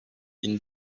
bin